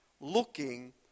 looking